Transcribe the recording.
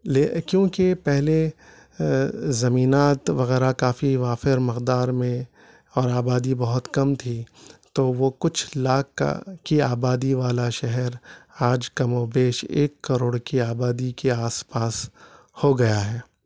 لے کیونکہ پہلے زمینات وغیرہ کافی وافر مقدار میں اور آبادی بہت کم تھی تو وہ کچھ لاکھ کا کی آبادی والا شہر آج کم و بیش ایک کروڑ کی آبادی کے آس پاس ہو گیا ہے